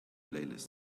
playlist